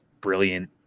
brilliant